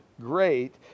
great